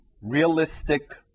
realistic